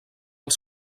als